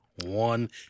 One